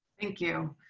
thank you.